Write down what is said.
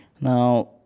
Now